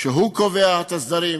שהוא קובע את הסדרים